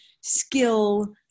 skill